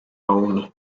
own